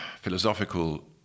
philosophical